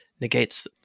negates